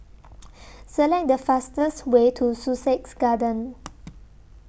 Select The fastest Way to Sussex Garden